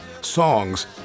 Songs